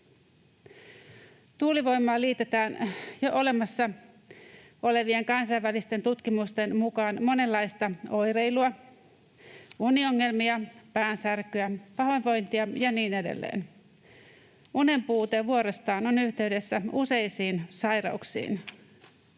Tuulivoimaan liitetään jo olemassa olevien kansainvälisten tutkimusten mukaan monenlaista oireilua: uniongelmia, päänsärkyä, pahoinvointia ja niin edelleen. Unenpuute vuorostaan on yhteydessä useisiin sairauksiin: